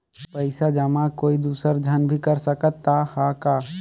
पइसा जमा कोई दुसर झन भी कर सकत त ह का?